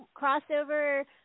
crossover